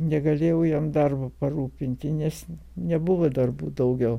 negalėjau jam darbo parūpinti nes nebuvo darbų daugiau